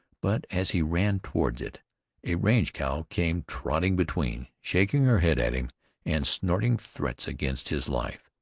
but as he ran toward it a range-cow came trotting between, shaking her head at him and snorting threats against his life.